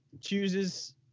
chooses